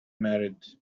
married